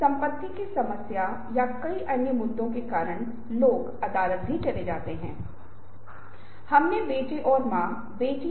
अब एक वर्ग या आयताकार फ्रेम के विपरीत एक परिपत्र फ्रेम का क्या महत्व है